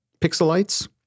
pixelites